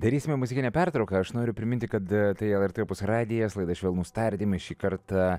darysime muzikinę pertrauką aš noriu priminti kad tai lrt opus radijas laida švelnūs tardymai šį kartą